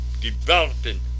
developing